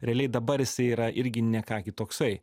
realiai dabar yra irgi ne ką kitoksai